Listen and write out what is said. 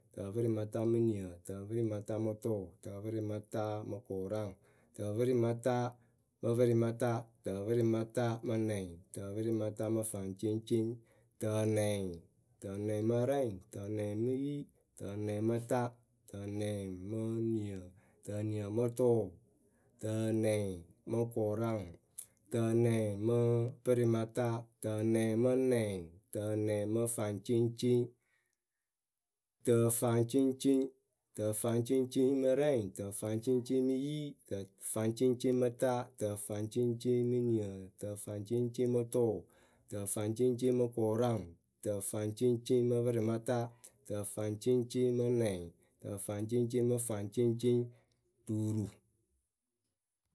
tǝpɨrɩmatamɨniǝ, tǝpɨrɩmatamɨtʊʊ tǝpɨrɩmatamɨkʊraŋ. tǝpɨrɩmatamɨpɨrɩmata, tǝpɨrɩmatamɨnɛŋ, tǝpɨrɩmatamɨfaŋceŋceŋ, tǝnɛŋ. tǝnɛŋmɨrɛŋ, tǝnɛŋmɨyi, tǝnɛŋmɨta, tǝnɛŋmɨniǝ, tǝniǝmɨtʊʊ. tǝnɛŋmɨkʊraŋ, tǝnɛŋmɨpɨrɩmata, tǝnɛŋmɨnɛŋ, tǝnɛŋmɨfaŋceŋceŋ. tǝfaŋceŋceŋ. tǝfaŋceŋceŋmɨrɛŋ, tǝfaŋceŋceŋmɨyi, tǝfaŋceŋceŋmɨta, tǝfaŋceŋceŋmɨniǝ tǝfaŋceŋceŋmɨtʊʊ. tǝfaŋceŋceŋmɨkʊraŋ, tǝfaŋceŋceŋmɨpɨrɩmata, tǝfaŋceŋceŋmɨnɛŋ, tǝfaŋceŋceŋmɨfaŋceŋceŋ. tuuru.